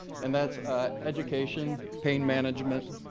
and that's ah education, pain management,